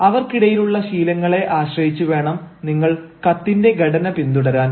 അവർക്കിടയിലുള്ള ശീലങ്ങളെ ആശ്രയിച്ച് വേണം നിങ്ങൾ കത്തിന്റെ ഘടന പിന്തുടരാൻ